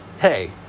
hey